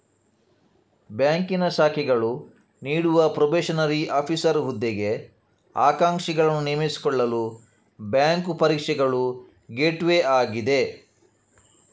ಬ್ಯಾಂಕಿನ ಶಾಖೆಗಳು ನೀಡುವ ಪ್ರೊಬೇಷನರಿ ಆಫೀಸರ್ ಹುದ್ದೆಗೆ ಆಕಾಂಕ್ಷಿಗಳನ್ನು ನೇಮಿಸಿಕೊಳ್ಳಲು ಬ್ಯಾಂಕು ಪರೀಕ್ಷೆಗಳು ಗೇಟ್ವೇ ಆಗಿದೆ